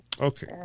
Okay